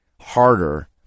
harder